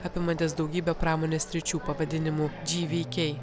apimantis daugybę pramonės sričių pavadinimu džyvykei